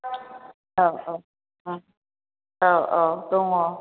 औ औ औ औ दङ